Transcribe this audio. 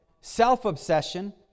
self-obsession